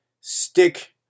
stick